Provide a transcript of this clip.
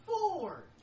four